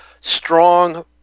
strong